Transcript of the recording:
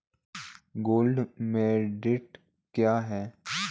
Gold bond क्या है?